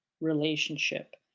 relationship